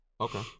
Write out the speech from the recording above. Okay